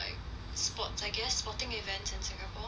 like sports I guess sporting events in singapore